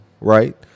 right